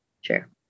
Sure